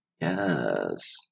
Yes